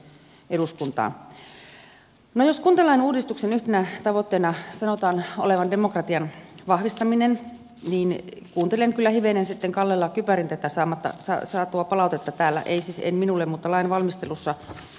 jos kuntalain uudistuksen yhtenä tavoitteena sanotaan olevan demokratian vahvistaminen niin kuuntelen kyllä hivenen kallella kypärin tätä täällä saatua palautetta ei siis minulle mutta lain valmistelussa